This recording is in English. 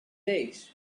days